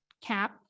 cap